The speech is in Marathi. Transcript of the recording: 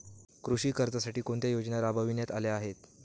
कृषी कर्जासाठी कोणत्या योजना राबविण्यात आल्या आहेत?